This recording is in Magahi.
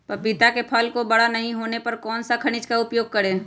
पपीता के फल को बड़ा नहीं होने पर कौन सा खनिज का उपयोग करें?